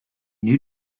new